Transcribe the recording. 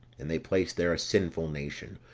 and they placed there a sinful nation,